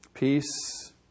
Peace